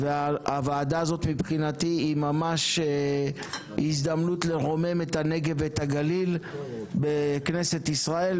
הוועדה הזאת מבחינתי היא ממש הזדמנות לרומם את הנגב והגליל בכנסת ישראל,